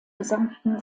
gesamten